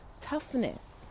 toughness